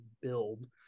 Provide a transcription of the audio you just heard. build